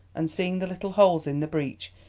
and, seeing the little holes in the breach,